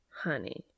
honey